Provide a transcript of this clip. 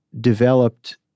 developed